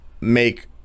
make